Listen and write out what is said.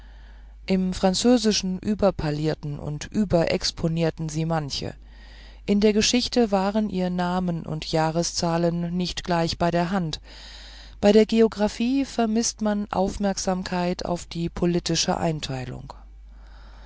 im französischen überparlierten und überexponierten sie manche in der geschichte waren ihr namen und jahrzahlen nicht gleich bei der hand bei der geographie vermißte man aufmerksamkeit auf die politische einteilung